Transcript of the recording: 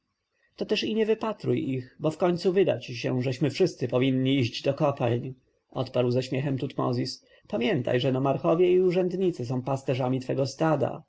to też i nie wypatruj ich bo wkońcu wyda ci się żeśmy wszyscy powinni iść do kopalń odparł ze śmiechem tutmozis pamiętaj że nomarchowie i urzędnicy są pasterzami twego stada